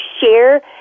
share